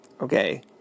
Okay